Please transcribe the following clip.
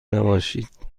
نباشید